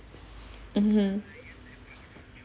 mmhmm